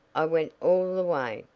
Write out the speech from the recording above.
i went all the way,